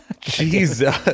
Jesus